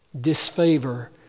Disfavor